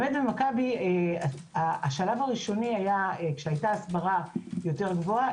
במכבי השלב הראשוני היה כשהיתה הסברה יותר גבוהה,